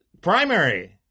primary